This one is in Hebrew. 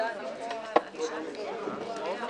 הישיבה ננעלה בשעה 11:38.